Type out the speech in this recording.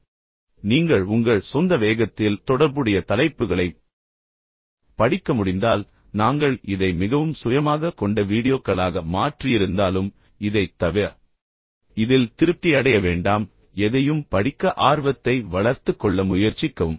எனவே நீங்கள் உங்கள் சொந்த வேகத்தில் தொடர்புடைய தலைப்புகளைப் படிக்க முடிந்தால் நாங்கள் இதை மிகவும் சுயமாகக் கொண்ட வீடியோக்களாக மாற்றியிருந்தாலும் இதைத் தவிர இதில் திருப்தி அடைய வேண்டாம் எதையும் படிக்க ஆர்வத்தை வளர்த்துக் கொள்ள முயற்சிக்கவும்